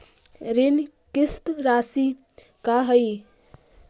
ऋण किस्त रासि का हई?